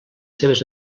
seves